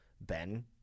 Ben